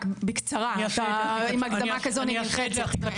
רק בקצרה, עם הקדמה כזו אני נלחצת.